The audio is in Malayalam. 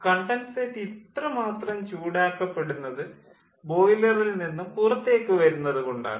കണ്ടൻസേറ്റ് ഇത്ര മാത്രം ചൂടാക്കപ്പെടുന്നത് ബോയിലറിൽ നിന്നും പുറത്തേക്ക് വരുന്നത് കൊണ്ടാണ്